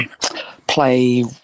play